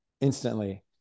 instantly